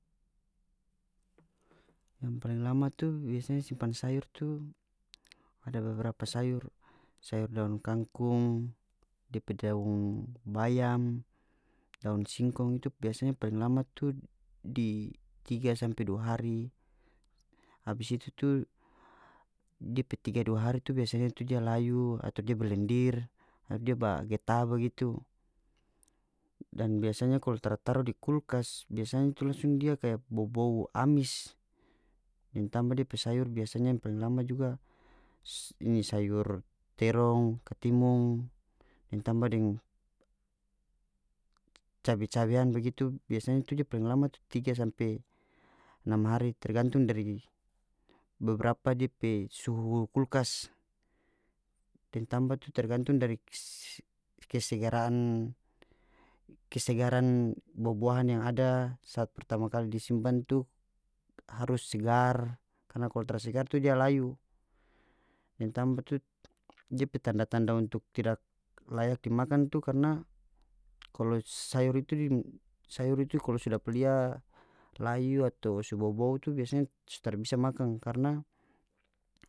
Yang paling lama tu biasanya simpan sayur tu ada beberapa sayur sayur daun kangkung depe daun bayam daun singkong itu biasanya paling lama tu di tiga sampe dua hari abis itu tu depe tiga dua hari tu biasanya tu dia layu atau dia ba lendir dia ba geta bagitu dan biasanya kalu tara taru di kulkas biasanya tu langsung dia kaya bobou amis deng tamba depe sayur biasanya yang paling lama juga ini sayur terong katimun deng tamba deng cabe-cabean bagitu biasanya tu dia paling lama tu tiga sampe enam hari tergantung dari beberapa depe suhu kulkas deng tamba tu tergantung dari kesegaran kesegaran bua-buahan yang ada saat pertama kali disimpan tu harus segar karna kalu tara segar tu dia layu deng tamba tu dia pe tanda-tanda untuk tidak layak dimakan tu karna kalo sayor itu di sayor itu kalu so dapa lia layu atau so bobou tu biasanya so tara bisa makan karna.